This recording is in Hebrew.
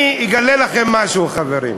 אני אגלה לכם משהו, חברים.